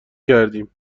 کردیم